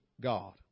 God